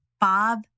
Bob